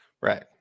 Right